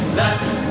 left